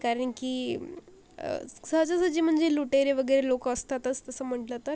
कारण की सहजासहजी म्हणजे लुटेरे वगैरे लोक असतातच तसं म्हटलं तर